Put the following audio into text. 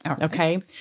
Okay